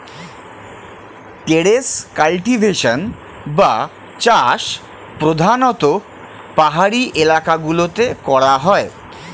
terrace cultivation বা চাষ প্রধানতঃ পাহাড়ি এলাকা গুলোতে করা হয়